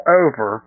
over